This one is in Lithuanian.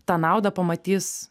tą naudą pamatys